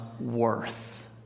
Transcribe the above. worth